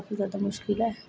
काफी ज्यादा मुशकिल ऐ